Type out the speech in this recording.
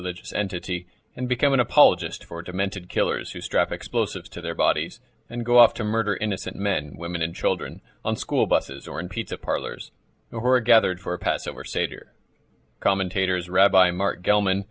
religious entity and become an apologist for demented killers who strap explosives to their bodies and go off to murder innocent men women and children on school buses or in pizza parlors who are gathered for passover seder commentators rabbi marc gellman